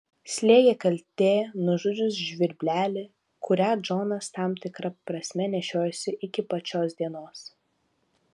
slėgė kaltė nužudžius žvirblelį kurią džonas tam tikra prasme nešiojosi iki pat šios dienos